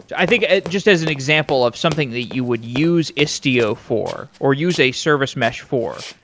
i think, just as an example of something that you would use istio for or use a service mesh for?